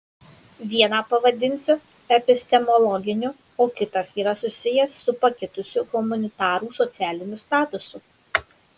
vieną pavadinsiu epistemologiniu o kitas yra susijęs su pakitusiu humanitarų socialiniu statusu